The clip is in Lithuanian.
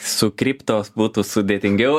su kripto būtų sudėtingiau